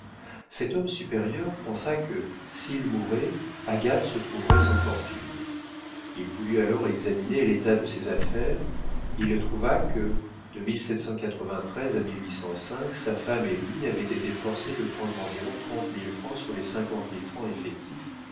cet homme supérieur pensa que s'il mourait agathe se trouverait sans fortune il voulut alors examiner l'état de ses affaires il trouva que de à sa femme et lui avaient été forcés de prendre environ trente mille francs sur les cinquante mille francs effectifs